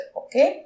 okay